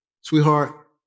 sweetheart